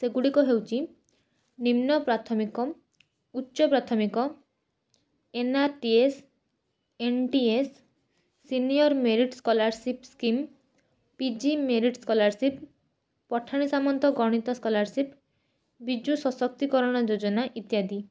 ସେଗୁଡ଼ିକ ହେଉଛି ନିମ୍ନ ପ୍ରାଥମିକ ଉଚ୍ଚ ପ୍ରାଥମିକ N R T S N T S senior merit scholarship scheme P G merit scholarship Pathani Samanta ଗଣିତ ସ୍କଲାରସିପ୍ ବିଜୁ ସଶକ୍ତିକରଣ ଯୋଜନା ଇତ୍ୟାଦି